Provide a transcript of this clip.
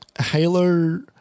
Halo